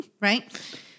right